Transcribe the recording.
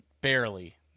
barely